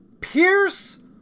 Pierce